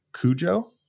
Cujo